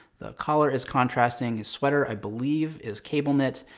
the color is contrasting, his sweater i believe is cable knit,